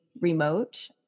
remote